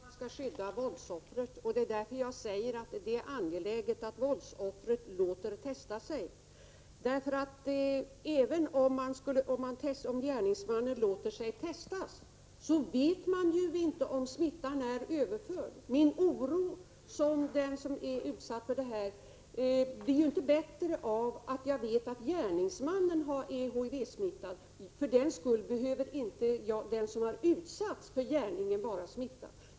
Herr talman! Det är klart att man skall skydda våldsoffret, och det är därför jag säger att det är angeläget att våldsoffret låter testa sig. Även om man låter testa gärningsmannen, vet man ju inte om smittan blivit överförd. Oron hos den som har blivit utsatt blir ju inte mindre för att man vet om gärningsmannen är HIV-smittad eller inte. Den som har utsatts för gärningen behöver inte vara smittad.